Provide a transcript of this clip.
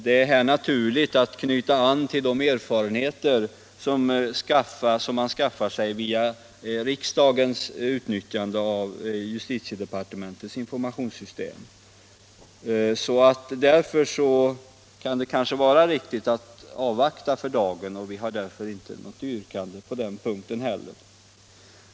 Det är här naturligt att knyta an till de erfarenheter som man skaffar sig via riksdagens utnyttjande av justitiedepartementets informationssystem. Därför kan det kanske vara riktigt att avvakta för dagen, och vi har inte något yrkande på den punkten.